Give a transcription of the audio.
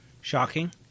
shocking